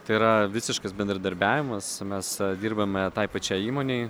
tai yra visiškas bendradarbiavimas mes dirbame tai pačiai įmonei